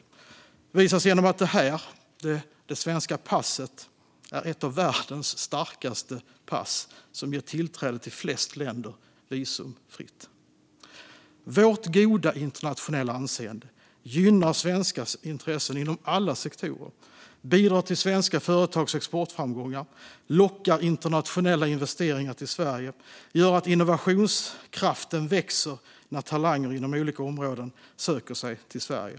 Det visas genom att det svenska passet är ett av världens starkaste pass som ger tillträde till flest länder visumfritt. Vårt goda internationella anseende gynnar svenskars intressen inom alla sektorer, bidrar till svenska företags exportframgångar, lockar internationella investeringar till Sverige och gör att innovationskraften växer när talanger inom olika områden söker sig till Sverige.